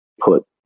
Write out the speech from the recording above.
put